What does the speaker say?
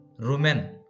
rumen